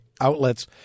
outlets